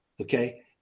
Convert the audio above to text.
okay